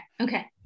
okay